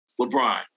LeBron